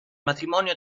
matrimonio